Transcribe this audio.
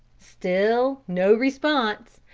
still no response,